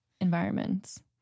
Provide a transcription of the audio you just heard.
environments